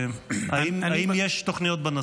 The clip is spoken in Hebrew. האם יש תוכניות בנושא?